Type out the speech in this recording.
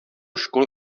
školy